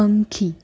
પંખી